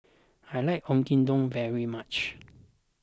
I like Oyakodon very much